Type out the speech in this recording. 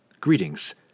Greetings